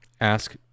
ask